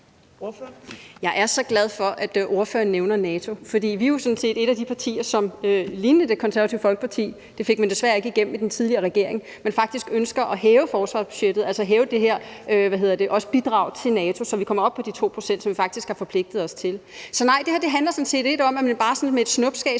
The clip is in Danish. Jeg er så glad for, at ordføreren nævner NATO, for vi er jo sådan set et af de partier, som i lighed med Det Konservative Folkeparti – det fik man desværre ikke igennem i den tidligere regering – faktisk ønsker at hæve forsvarsbudgettet, altså også at hæve det her bidrag til NATO, så vi kommer op på de 2 pct., som vi faktisk har forpligtet os til. Så nej, det her handler sådan set ikke om, at man bare sådan med et snuptag